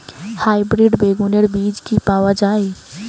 Hybrid বেগুনের বীজ কি পাওয়া য়ায়?